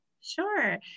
Sure